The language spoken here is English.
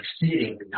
exceeding